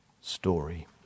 story